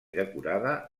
decorada